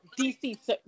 DC